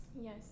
Yes